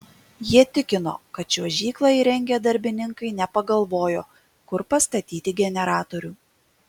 jie tikino kad čiuožyklą įrengę darbininkai nepagalvojo kur pastatyti generatorių